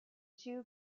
two